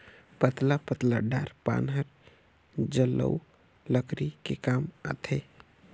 पतला पतला डार पान हर जलऊ लकरी के काम आथे